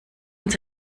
uns